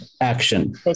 action